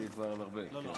אמרתי כבר, על ארבל, כן.